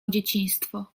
dzieciństwo